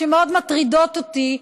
שמאוד מטרידות אותי,